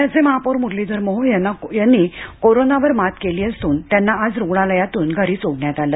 पुण्याचे महापौर मुरलीधर मोहोळ यांनी कोरोना वर मात केली असून त्यांना आज रुग्णालयातून घरी सोडण्यात आलं